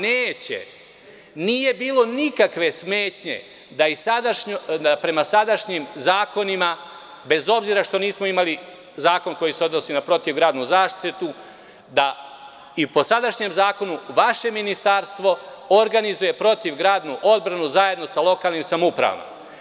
Neće, nije bilo nikakve smetnje da i prema sadašnjim zakonima, bez obzira što nismo imali zakon koji se odnosi na protivgradnu zaštitu, da i po sadašnjem zakonu vaše ministarstvo organizuje protivgradnu odbranu zajedno sa lokalnim samoupravama.